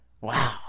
Wow